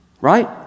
Right